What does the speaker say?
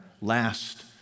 last